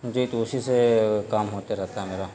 جی تو اسی سے کام ہوتے رہتا ہے میرا